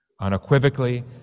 unequivocally